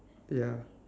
ya